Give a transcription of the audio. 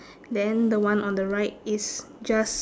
then the one on the right is just